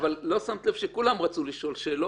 לא שמת לב שכולם רצו לשאול שאלות?